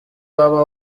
waba